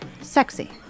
Sexy